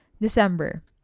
December